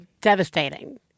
devastating